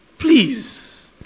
Please